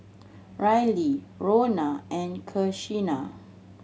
Ryley Rona and Kenisha